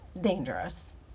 dangerous